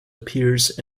appears